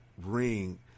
ring